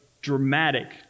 dramatic